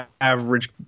average